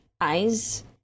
eyes